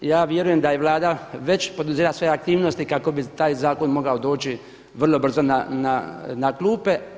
Ja vjerujem da je Vlada već poduzela te aktivnosti kako bi taj zakon mogao doći vrlo brzo na klupe.